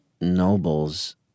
nobles